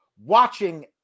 watching